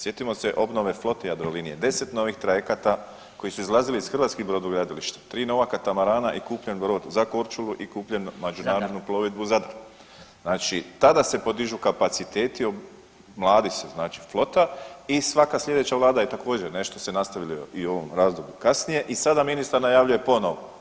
Sjetimo se obnove flote Jadrolinije, 10 novih trajekata koji su izlazili iz hrvatskih brodogradilišta, tri nova katamarana i kupljen brod za Korčulu i kupljen za međunarodnu plovidbu Zadar, znači tada se podižu kapaciteti mladi se znači flota i svaka sljedeća vlada je također se nešto se nastavilo i u ovom razdoblju kasnije i sada ministar najavljuje ponovo.